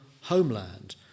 homeland